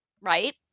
right